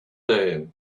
day